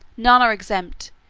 none are exempted,